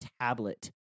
tablet